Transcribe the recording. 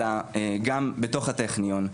אלא גם בתוך הטכניון.